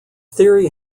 theory